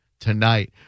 tonight